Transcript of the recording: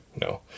No